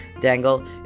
dangle